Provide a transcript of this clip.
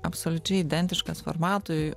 absoliučiai identiškas formatui